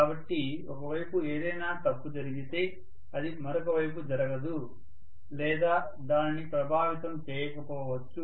కాబట్టి ఒక వైపు ఏదైనా తప్పు జరిగితే అది మరొక వైపు జరగదు లేదా దానిని ప్రభావితం చేయకపోవచ్చు